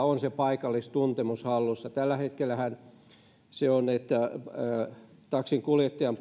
on se paikallistuntemus hallussaan tällä hetkellähän on niin että taksinkuljettajan